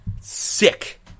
Sick